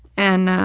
and, ah,